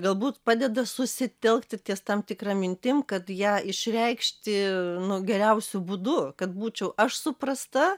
galbūt padeda susitelkt ir ties tam tikra mintim kad ją išreikšti nu geriausiu būdu kad būčiau aš suprasta